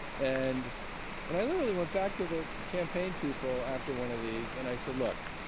and and i literally went back to the campaign people after one of these and i said, look.